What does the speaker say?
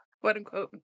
quote-unquote